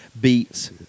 beats